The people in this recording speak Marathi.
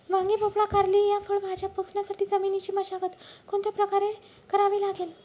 वांगी, भोपळा, कारली या फळभाज्या पोसण्यासाठी जमिनीची मशागत कोणत्या प्रकारे करावी लागेल?